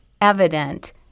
evident